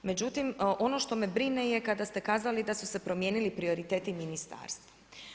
Međutim, ono što me brine je kada ste kazali da su se promijenili prioriteti ministarstva.